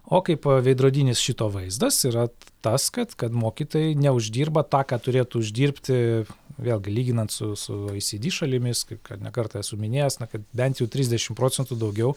o kaip veidrodinis šito vaizdas yra tas kad kad mokytojai neuždirba tą ką turėtų uždirbti vėlgi lyginant su su ai sy dy šalimis kaip kad ne kartą esu minėjęs na kad bent jau trisdešim procentų daugiau